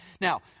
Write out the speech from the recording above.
Now